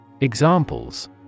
Examples